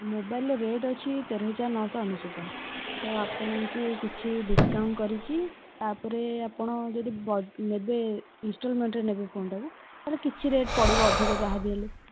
ମୋବାଇଲ୍ର ରେଟ୍ ଅଛି ତେରହଜାର ନଅଶହ ଅନେଶତ ତ ଆପଣଙ୍କୁ କିଛି ଡିସକାଉଣ୍ଟ କରିକି ତା'ପରେ ଆପଣ ଯଦି ନେବେ ଇନଷ୍ଟଲମେଣ୍ଟରେ ନେବେ ଫୋନ୍ଟାକୁ ତାହେଲେ କିଛି ରେଟ୍ ପଡ଼ିବ ଅଧିକ ଯାହାବି ହେଲେ